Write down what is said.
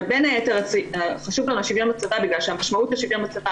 אבל בין היתר חשוב לנו השוויון בצבא בגלל שהמשמעות של שוויון בצבא